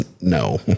No